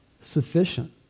sufficient